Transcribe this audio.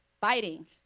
fighting